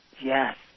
Yes